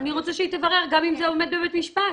שהיא תברר גם אם זה עומד בבית משפט.